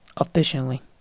efficiently